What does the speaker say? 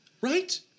Right